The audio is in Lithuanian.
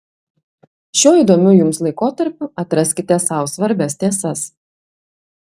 šiuo įdomiu jums laikotarpiu atraskite sau svarbias tiesas